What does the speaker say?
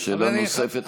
שאלה נוספת,